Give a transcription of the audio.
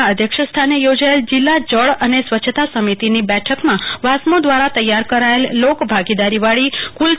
ના સ્થાને યોજાયેલ જીલ્લા જળ અને સ્વચ્છતા સમિતિ કચ્છની બેઠક માં વાસ્મો દ્રારા તૈયાર કરાયેલ લોક ભાગીદારીવાળી કુલ રૂ